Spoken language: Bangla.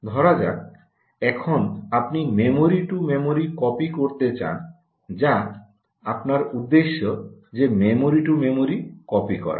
ধরা যাক এখন আপনি মেমরি টু মেমরি কপি করতে চান যা আপনার উদ্দেশ্য যে মেমরি টু মেমরি কপি করা